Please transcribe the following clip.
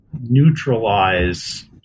neutralize